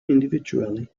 individually